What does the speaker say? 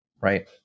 right